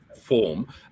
form